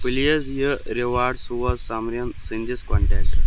please یہِ reward سوز سمریٖن سٕنٛدِس کۄنٹیکٹَس